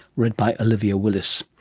read by olivia willis.